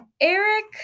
Eric